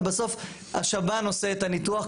אבל בסוף השב"ן עושה את הניתוח.